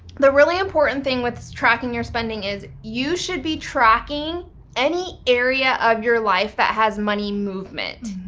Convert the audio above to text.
the really important thing with tracking your spending is you should be tracking any area of your life that has money movement.